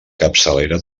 capçalera